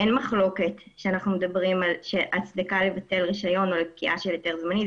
אין מחלוקת שההצדקה לבטל רישיון או פקיעה של היתר זמני,